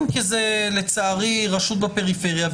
אם כי זאת לצערי רשות בפריפריה לצערי,